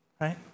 right